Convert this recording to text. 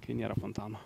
kai nėra fontano